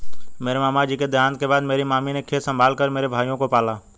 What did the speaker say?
मेरे मामा जी के देहांत के बाद मेरी मामी ने खेत संभाल कर मेरे भाइयों को पाला